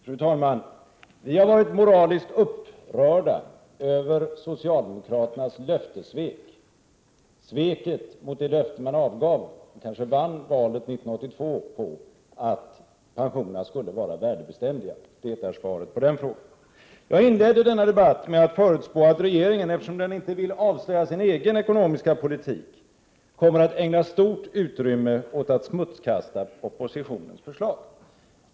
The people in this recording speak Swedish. Fru talman! Vi har varit moraliskt upprörda över att socialdemokraterna svek det löfte som de avgav inför valet 1982 och som de kanske vann detta val på, nämligen att pensionerna skulle vara värdebeständiga. Det är svaret på finansministerns fråga. Jag inledde denna debatt med att förutspå att regeringen, eftersom den inte vill avslöja sin egen ekonomiska politik, skulle ägna stort utrymme åt att smutskasta oppositionens förslag.